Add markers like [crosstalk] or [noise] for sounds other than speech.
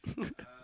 [laughs]